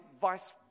vice